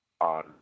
on